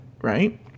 Right